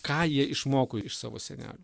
ką jie išmoko iš savo senelių